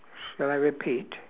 shall I repeat